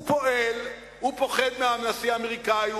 הוא פוחד מהנשיא האמריקני,